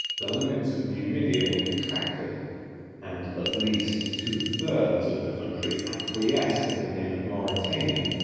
the limits of numidia were contracted and, at least, two thirds of the country acquiesced in the name of mauritania,